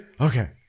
Okay